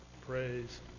Praise